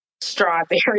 strawberry